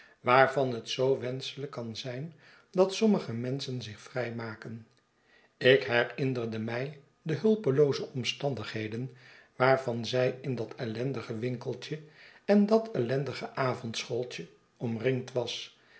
waarvan het zoo wenschelijk kan zijn dat sommige menschen zich vrij maken ik herinnerde mij dehulpelooze omstandigheden waarvan zij in dat ellendige winkeltje en datellendigeavondschooltje omringd was